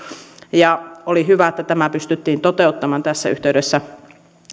ajaneet oli hyvä että tämä pystyttiin toteuttamaan tässä yhteydessä